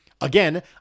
Again